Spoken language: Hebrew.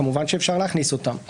כמובן אפשר להכניס אותן,